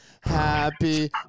Happy